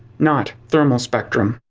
not thermal-spectrum.